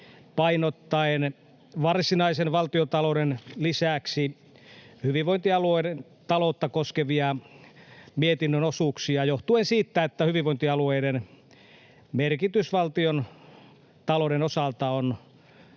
painottaen varsinaisen valtiontalouden lisäksi hyvinvointialueiden taloutta koskevia mietinnön osuuksia johtuen siitä, että hyvinvointialueiden merkitys valtiontalouden osalta on